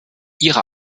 ihre